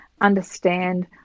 understand